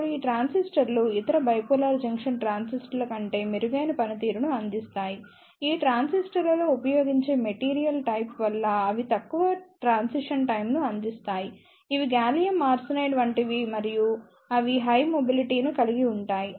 ఇప్పుడు ఈ ట్రాన్సిస్టర్లు ఇతర బైపోలార్ జంక్షన్ ట్రాన్సిస్టర్ల కంటే మెరుగైన పనితీరును అందిస్తాయి ఈ ట్రాన్సిస్టర్లలో ఉపయోగించే మెటీరియల్ టైప్ వల్ల అవి తక్కువ ట్రాన్సిషన్ టైమ్ ను అందిస్తాయి ఇవి గాలియం ఆర్సెనైడ్ వంటివి మరియు అవి హై మొబిలిటీ ను కలిగి ఉంటాయి